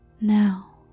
Now